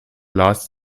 lars